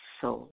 Soul